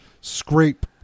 scrape